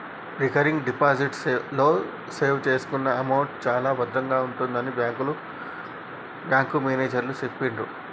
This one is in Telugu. రికరింగ్ డిపాజిట్ లో సేవ్ చేసుకున్న అమౌంట్ చాలా భద్రంగా ఉంటుందని బ్యాంకు మేనేజరు చెప్పిర్రు